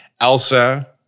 Elsa